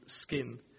skin